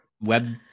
web